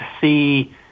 see